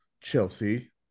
Chelsea